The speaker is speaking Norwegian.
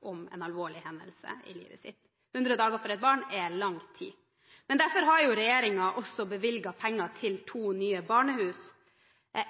om en alvorlig hendelse i livet sitt – 100 dager for et barn er lang tid. Derfor har regjeringen også bevilget penger til to nye barnehus,